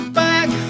back